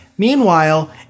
Meanwhile